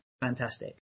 fantastic